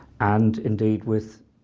and indeed with,